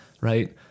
right